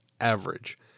average